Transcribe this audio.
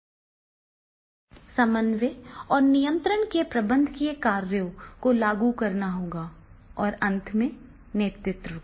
उसे संसाधनों का प्रबंधन करना होगा उन्हें समन्वय और नियंत्रण के प्रबंधकीय कार्यों को लागू करना होगा और अंत में नेतृत्व को